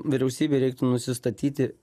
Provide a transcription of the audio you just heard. vyriausybei reiktų nusistatyti